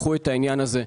שיפתחו את העניין הזה,